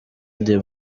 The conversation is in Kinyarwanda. ndi